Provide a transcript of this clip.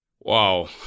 Wow